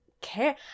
care